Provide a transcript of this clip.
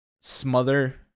smother